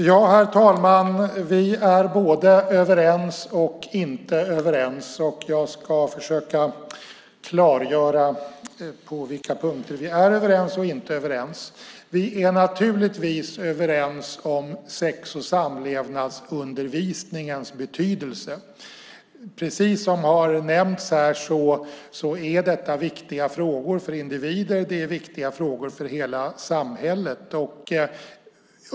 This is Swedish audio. Herr talman! Vi är både överens och inte överens, och jag ska försöka klargöra på vilka punkter vi är överens och inte överens. Vi är naturligtvis överens om sex och samlevnadsundervisningens betydelse. Som har nämnts här är detta viktiga frågor för individer och även för hela samhället.